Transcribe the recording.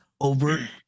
over